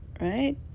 right